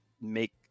make